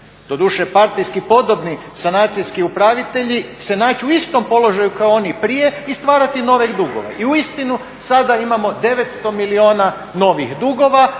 doduše partijski podobni sanacijski upravitelji se naći u istom položaju kao oni prije i stvarati nove dugove. I uistinu sada imamo 900 milijuna novih dugova